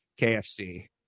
KFC